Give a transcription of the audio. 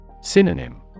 synonym